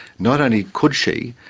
not only could she,